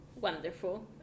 Wonderful